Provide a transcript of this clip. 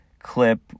Clip